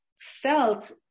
felt